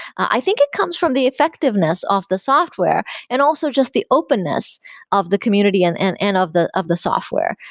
i think it comes from the effectiveness of the software and also just the openness of the community and and and of the of the software.